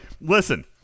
listen